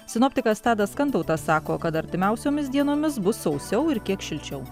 sinoptikas tadas kantautas sako kad artimiausiomis dienomis bus sausiau ir kiek šilčiau